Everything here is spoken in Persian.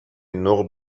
نقل